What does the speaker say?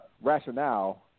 rationale